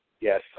Yes